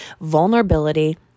vulnerability